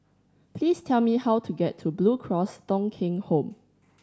please tell me how to get to Blue Cross Thong Kheng Home